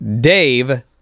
Dave